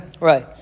Right